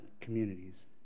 communities